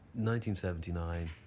1979